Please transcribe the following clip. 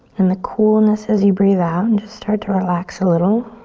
and the coolness as you breathe out and just start to relax a little.